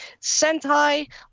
Sentai